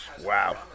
wow